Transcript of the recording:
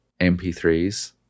MP3s